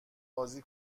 بازی